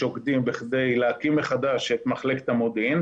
שוקדים בכדי להקים מחדש את מחלקת המודיעין.